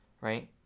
right